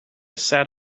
sat